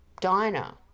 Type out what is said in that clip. diner